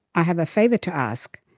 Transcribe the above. i have a favor to ask.